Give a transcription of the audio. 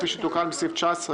כפי שתוקן בסעיף 19